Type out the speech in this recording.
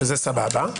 שזה סבבה.